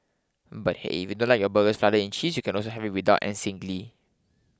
but hey if you don't like your burgers flooded in cheese you can also have it without and singly